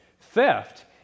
Theft